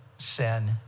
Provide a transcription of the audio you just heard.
Sin